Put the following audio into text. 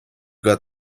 got